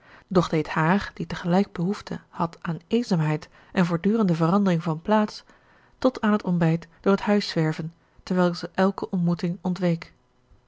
doch deed haar die tegelijk behoefte had aan eenzaamheid en voortdurende verandering van plaats tot aan het ontbijt door het huis zwerven terwijl zij elke ontmoeting